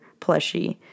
plushie